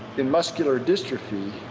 in muscular dystrophy,